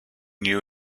new